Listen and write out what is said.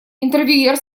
интервьюер